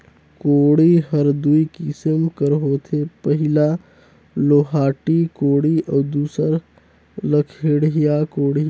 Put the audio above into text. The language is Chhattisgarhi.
कोड़ी हर दुई किसिम कर होथे पहिला लोहाटी कोड़ी अउ दूसर लकड़िहा कोड़ी